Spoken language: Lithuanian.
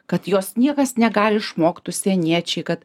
kad jos niekas negali išmokt užsieniečiai kad